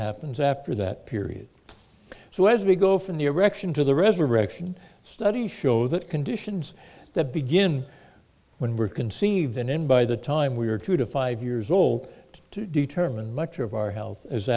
happens after that period so as we go from the erection to the resurrection study show that conditions that begin when we're conceived and then by the time we are two to five years old to determine much of our health as